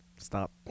Stop